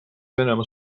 venemaa